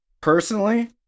Personally